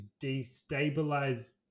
destabilize